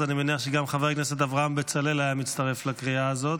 אז אני מניח שגם חבר הכנסת אברהם בצלאל היה מצטרף לקריאה הזאת.